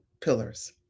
pillars